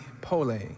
Pole